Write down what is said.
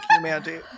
Mandy